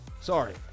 Sorry